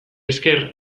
esker